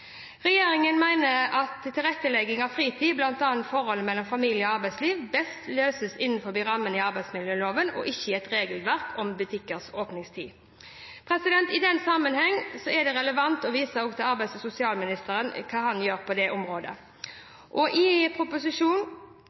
Regjeringen mener at tilrettelegging av fritid, bl.a. forholdet mellom familie- og arbeidsliv, best løses innenfor rammene i arbeidsmiljøloven og ikke i et regelverk om butikkers åpningstider. I den sammenheng er det relevant også å vise til hva arbeids- og sosialministeren gjør på dette området. I lovproposisjoner har arbeids- og sosialministeren fremmet forslag til endringer i